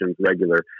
regular